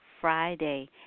Friday